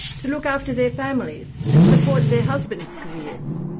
to look after their families and support their husbands' careers.